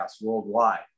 worldwide